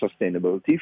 sustainability